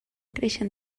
creixen